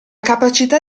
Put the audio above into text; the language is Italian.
capacità